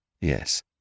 Yes